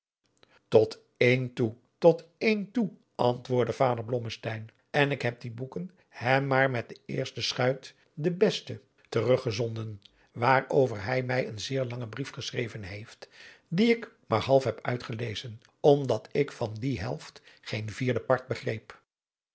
tot één toe tot één toe antwoordde vader blommesteyn en ik heb die boeken hem maar met de eerste schuit de beste terug gezonden waarover hij mij een zeer langen brief geschreven heeft dien ik maar half heb uitgelezen omdat ik van die helft geen vierde part begreep